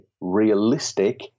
realistic